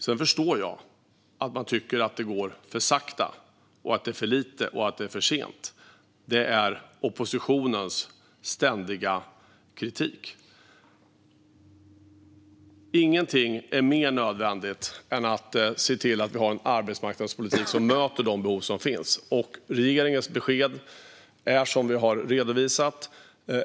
Sedan förstår jag att man tycker att det går för sakta, att det är för lite och att det är för sent. Det är oppositionens ständiga kritik. Ingenting är mer nödvändigt än att se till att vi har en arbetsmarknadspolitik som möter de behov som finns. Regeringens besked har vi redovisat.